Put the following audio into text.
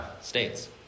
states